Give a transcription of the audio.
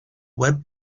web